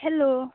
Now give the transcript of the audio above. hello